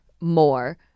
more